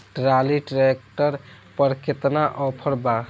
Trolley tractor पर केतना offer बा?